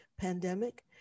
pandemic